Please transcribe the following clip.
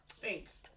Thanks